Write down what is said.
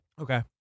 Okay